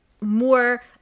more